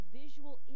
visual